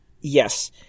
Yes